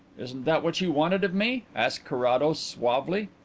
isn't that what you wanted of me? asked carrados suavely.